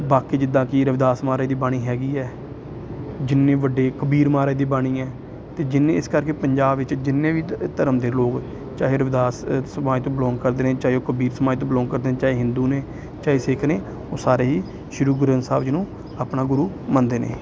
ਬਾਕੀ ਜਿੱਦਾਂ ਕਿ ਰਵਿਦਾਸ ਮਹਾਰਾਜ ਦੀ ਬਾਣੀ ਹੈਗੀ ਹੈ ਜਿੰਨੇ ਵੱਡੇ ਕਬੀਰ ਮਹਾਰਾਜ ਦੀ ਬਾਣੀ ਹੈ ਅਤੇ ਜਿੰਨੇ ਇਸ ਕਰਕੇ ਪੰਜਾਬ ਵਿੱਚ ਜਿੰਨੇ ਵੀ ਧ ਧਰਮ ਦੇ ਲੋਕ ਚਾਹੇ ਰਵਿਦਾਸ ਸਮਾਜ ਤੋਂ ਬਿਲੋਂਗ ਕਰਦੇ ਨੇ ਚਾਹੇ ਉਹ ਕਬੀਰ ਸਮਾਜ ਤੋਂ ਬਿਲੋਂਗ ਕਰਦੇ ਨੇ ਚਾਹੇ ਹਿੰਦੂ ਨੇ ਚਾਹੇ ਸਿੱਖ ਨੇ ਉਹ ਸਾਰੇ ਹੀ ਸ਼੍ਰੀ ਗੁਰੂ ਗ੍ਰੰਥ ਸਾਹਿਬ ਜੀ ਨੂੰ ਆਪਣਾ ਗੁਰੂ ਮੰਨਦੇ ਨੇ